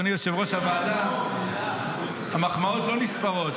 אדוני יושב-ראש הוועדה ----- המחמאות לא נספרות,